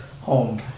home